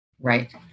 Right